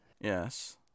Yes